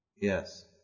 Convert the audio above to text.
Yes